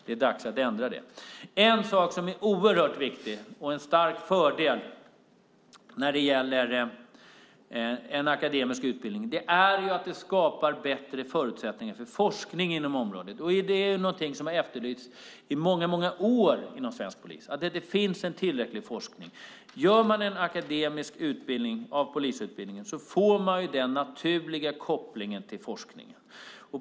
Det är dags att ändra det. En sak som är oerhört viktig och en stark fördel med en akademisk utbildning är att den skapar bättre förutsättningar för forskning på området. Det är någonting som har efterlysts i många år inom svensk polis. Det finns inte en tillräcklig forskning. Gör man polisutbildningen till en akademisk utbildning får man den naturliga kopplingen till forskningen.